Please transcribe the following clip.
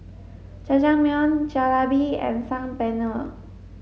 Jajangmyeon Jalebi and Saag Paneer